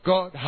God